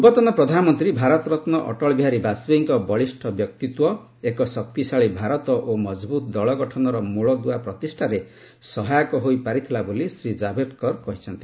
ପୂର୍ବତନ ପ୍ରଧାନମନ୍ତ୍ରୀ ଭାରତରତ୍ନ ଅଟଳ ବିହାରୀ ବାଜପେୟୀଙ୍କ ବଳିଷ୍ଠ ବ୍ୟକ୍ତିତ୍ୱ ଏକ ଶକ୍ତିଶାଳୀ ଭାରତ ଓ ମକଭୁତ ଦଳ ଗଠନର ମୂଳଦୁଆ ପ୍ରତିଷାରେ ସହାୟକ ହୋଇପାରିଥିଲା ବୋଲି ଶ୍ରୀ ଜାଭେଡକର କହିଛନ୍ତି